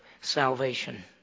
salvation